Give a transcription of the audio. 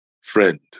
friend